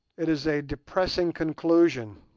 it is a depressing conclusion,